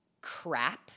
crap